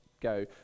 go